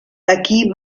aquí